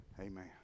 Amen